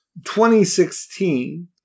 2016